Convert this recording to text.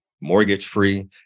mortgage-free